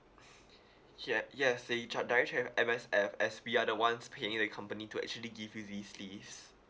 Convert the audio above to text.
ye~ yes the H_R direct tra~ M_S_F as we are the ones paying the company to actually give you these leaves